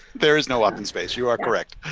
there is no up in space. you are correct.